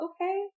okay